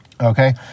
Okay